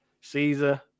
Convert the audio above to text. Caesar